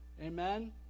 Amen